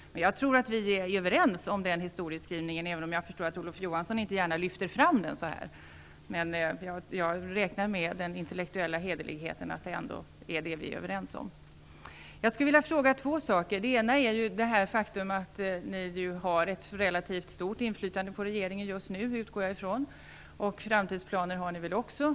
Jag tror att vi är överens om den historieskrivningen, även om jag förstår att Olof Johansson inte gärna lyfter fram den här. Men jag räknar med den intellektuella hederligheten, att vi ändå är överens om detta. Jag skulle vilja ställa två frågor. Den ena gäller det faktum att ni har ett relativt stort inflytande på regeringen just nu. Det utgår jag ifrån. Framtidsplaner har ni väl också.